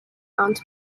mount